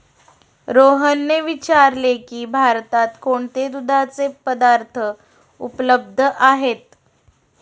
रोहनने विचारले की भारतात कोणते दुधाचे पदार्थ उपलब्ध आहेत?